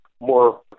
more